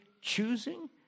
choosing